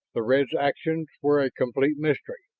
the red's actions were a complete mystery.